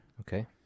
Okay